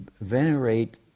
venerate